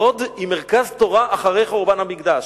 לוד היא מרכז תורה אחרי חורבן המקדש,